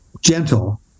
gentle